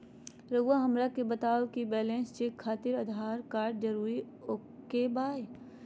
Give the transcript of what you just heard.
रउआ हमरा के बताए कि बैलेंस चेक खातिर आधार कार्ड जरूर ओके बाय?